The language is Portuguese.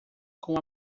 com